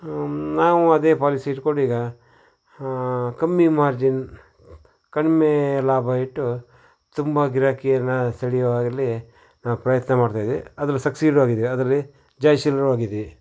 ನಾವೂ ಅದೇ ಪಾಲಿಸಿ ಇಟ್ಕೊಂಡು ಈಗ ಕಮ್ಮಿ ಮಾರ್ಜಿನ್ ಕಡಿಮೆ ಲಾಭ ಇಟ್ಟು ತುಂಬ ಗಿರಾಕಿಯರನ್ನ ಸೆಳೆಯುವಾಗಲಿ ನಾವು ಪ್ರಯತ್ನ ಮಾಡ್ತಾ ಇದ್ದೀವಿ ಅದರಲ್ಲಿ ಸಕ್ಸೀಡೂ ಆಗಿದ್ದೀವಿ ಅದರಲ್ಲಿ ಜಯಶೀಲರೂ ಆಗಿದ್ದೀವಿ